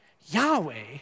Yahweh